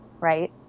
Right